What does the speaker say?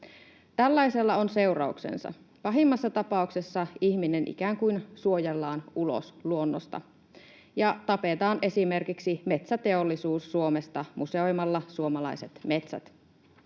Tällaisella on seurauksensa. Pahimmassa tapauksessa ihminen ikään kuin suojellaan ulos luonnosta ja tapetaan esimerkiksi metsäteollisuus Suomesta museoimalla suomalaiset metsät.